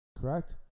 correct